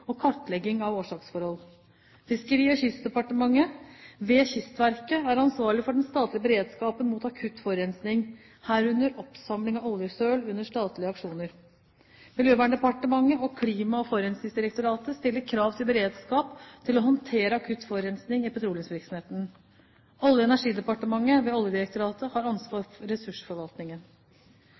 for kartlegging av årsaksforhold. Fiskeri- og kystdepartementet, ved Kystverket, er ansvarlig for den statlige beredskapen mot akutt forurensning, herunder oppsamling av oljesøl under statlige aksjoner. Miljøverndepartementet, ved Klima- og forurensningsdirektoratet, stiller krav til beredskap til å håndtere akutt forurensning i petroleumsvirksomheten. Olje- og energidepartementet, ved Oljedirektoratet, har ansvaret for ressursforvaltningen.